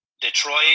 Detroit